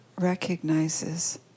recognizes